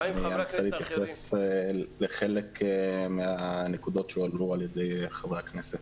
אני רוצה להתייחס לחלק מהנקודות שהועלו על ידי חברי הכנסת.